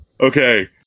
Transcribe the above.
Okay